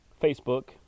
Facebook